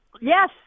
yes